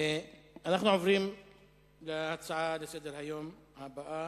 אנחנו עוברים להצעה לסדר-היום הבאה: